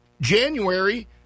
January